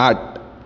आठ